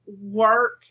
work